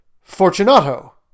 Fortunato